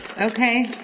Okay